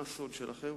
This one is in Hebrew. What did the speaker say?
מה הסוד שלכם?